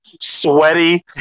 sweaty